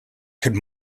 could